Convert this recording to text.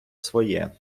своє